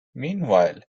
meanwhile